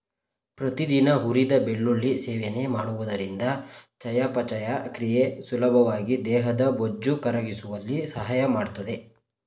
ಪ್ರತಿದಿನ ಹುರಿದ ಬೆಳ್ಳುಳ್ಳಿ ಸೇವನೆ ಮಾಡುವುದರಿಂದ ಚಯಾಪಚಯ ಕ್ರಿಯೆ ಸುಲಭವಾಗಿ ದೇಹದ ಬೊಜ್ಜು ಕರಗಿಸುವಲ್ಲಿ ಸಹಾಯ ಮಾಡ್ತದೆ